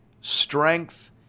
strength